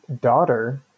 daughter